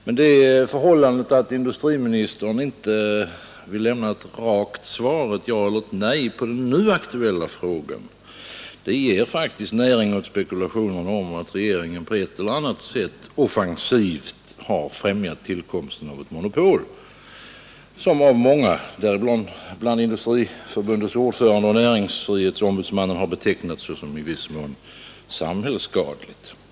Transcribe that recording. Men det förhållandet att industriministern inte vill lämna ett rakt svar — ett ja eller ett nej — på den nu aktuella frågan ger faktiskt näring åt spekulationerna om att regeringen på ett eller annat sätt offensivt har främjat tillkomsten av ett monopol, som av många — däribland både Industriförbundets ordförande och näringsfrihetsombudsmannen — har betecknats som i viss mån samhällsskadligt.